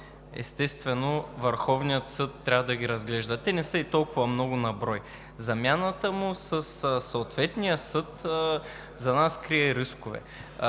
естествено Върховният съд трябва да ги разглежда. Те не са толкова много на брой. Замяната му със „съответния съд“ за нас крие рискове.